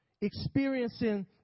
Experiencing